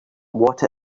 what